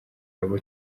abo